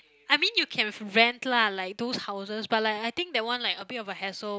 I mean you can rent lah like those houses but like I think that one like a bit of a hassle